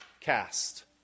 cast